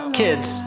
kids